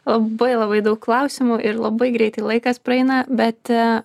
labai labai daug klausimų ir labai greitai laikas praeina bet